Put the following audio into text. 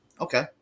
Okay